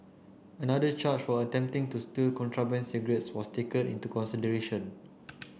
another charge for attempting to steal contraband cigarettes was taken into consideration